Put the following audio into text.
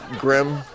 grim